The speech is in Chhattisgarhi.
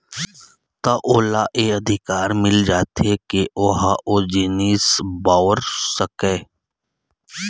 त ओला ये अधिकार मिल जाथे के ओहा ओ जिनिस बउर सकय